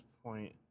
point